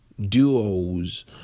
duos